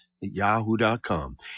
Yahoo.com